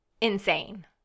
insane